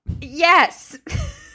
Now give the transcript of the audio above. yes